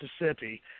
Mississippi